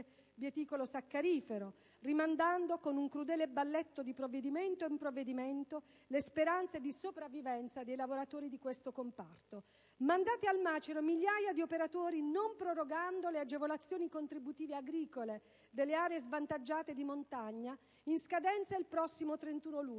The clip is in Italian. bieticolo-saccarifero, rimandando, con un crudele balletto, di provvedimento in provvedimento le speranze di sopravvivenza dei lavoratori di questo comparto. Mandate al macero migliaia di operatori non prorogando le agevolazioni contributive agricole delle aree svantaggiate di montagna in scadenza il prossimo 31 luglio.